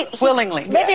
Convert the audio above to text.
Willingly